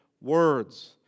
words